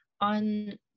on